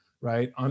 right